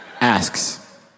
Asks